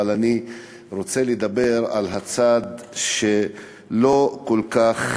אבל אני רוצה לדבר על הצד שלא כל כך